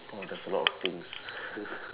!wah! there's a lot of things